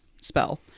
spell